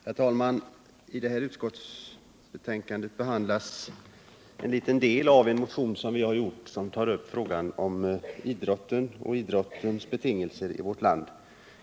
Herr talman! I det här utskottsbetänkandet behandlas en liten del av en motion som vi lämnat och som tar upp frågan om idrotten och idrottens betingelser i vårt land.